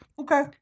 Okay